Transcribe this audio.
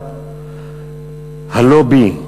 הלובי,